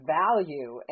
value